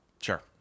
Sure